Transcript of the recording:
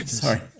Sorry